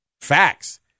Facts